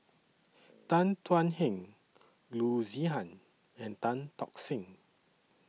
Tan Thuan Heng Loo Zihan and Tan Tock San